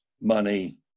money